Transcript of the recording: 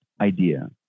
idea